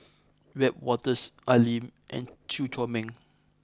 Wiebe Wolters Al Lim and Chew Chor Meng